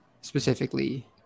specifically